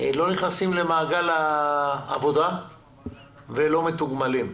לא נכנסים למעגל העבודה ולא מתוגמלים.